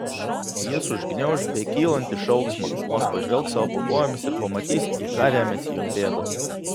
jis užgniauš bekylantį šauksmą vos pažvelgs sau po kojomis ir pamatys į ką remiasi jo pėdos